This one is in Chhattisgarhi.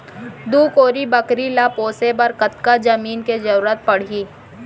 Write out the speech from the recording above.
दू कोरी बकरी ला पोसे बर कतका जमीन के जरूरत पढही?